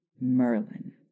Merlin